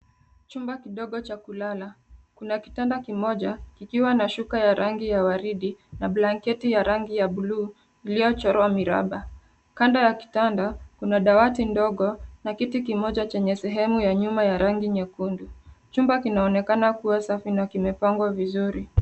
Chumba kidogo cha kulala, kuna kitanda kimoja kikiwa na shuka ya rangi ya waridi na blanketi ya rangi ya buluu iliyochorwa miraba. Kando ya kitanda, kuna dawati ndogo na kiti kimoja chenye sehemu ya nyuma ya rangi nyekundu. Chumba kinaonekana kuwa safi na kimepangwa vizuri.